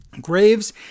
Graves